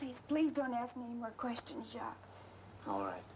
please please don't ask more questions yeah all right